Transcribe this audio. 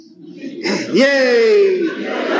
Yay